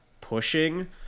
pushing